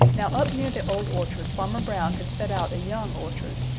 now up near the old orchard farmer brown had set out a young orchard.